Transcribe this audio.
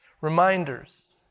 Reminders